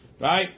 Right